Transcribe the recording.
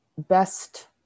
best